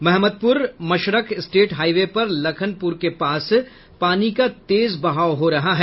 Mohammadpur Mashrakh state highway पर लखनपुर के पास पानी का तेज बहाव हो रहा है